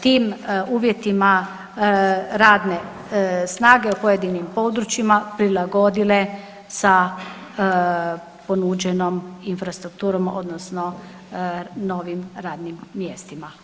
tim uvjetima radne snage u pojedinim područjima prilagodile sa ponuđenom infrastrukturom odnosno novim radnim mjestima.